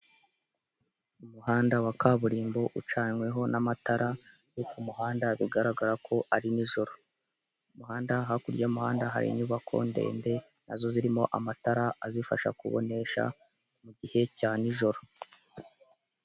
Umuhanda wa kaburimbo ucanyweho n'amatara yo k'umuhanda bigaragara ko ari n'ijoro, umuhanda hakurya y'umuhanda hari inyubako ndende nazo zirimo amatara azifasha kubonesha mu gihe cya n'ijoro.